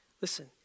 Listen